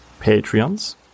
Patreons